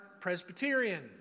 Presbyterian